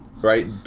right